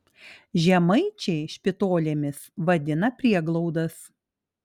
žemaičiai špitolėmis vadina prieglaudas